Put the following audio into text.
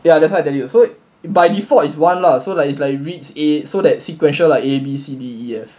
ya that's why I tell you so by default is one lah so like it's like reached a so that sequential like A B C D E F